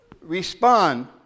respond